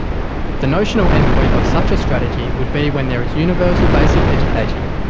the notional end point of such a strategy would be when there is universal basic education,